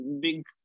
big